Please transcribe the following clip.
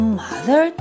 mother